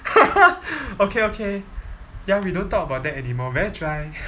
okay okay ya we don't talk about that anymore very dry